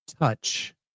touch